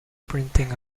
printing